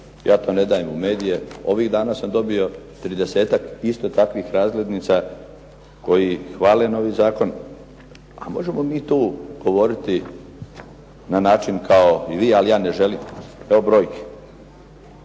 ja to ne dajem u medije. Ovih dana sam dobio 30-ak isto takvih razglednica koji hvale novi zakon. A možemo mi tu govoriti na način kao i vi, ali ja ne želim. Evo brojki.